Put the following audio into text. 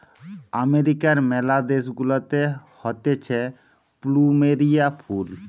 আমেরিকার ম্যালা দেশ গুলাতে হতিছে প্লুমেরিয়া ফুল